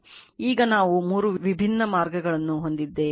ಈಗ ನಾವು ಮೂರು ವಿಭಿನ್ನ ಮಾರ್ಗಗಳನ್ನು ಹೊಂದಿದ್ದೇವೆ